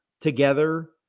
together